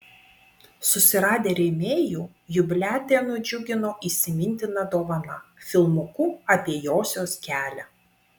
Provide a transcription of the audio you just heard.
susiradę rėmėjų jubiliatę nudžiugino įsimintina dovana filmuku apie josios kelią